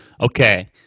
Okay